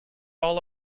all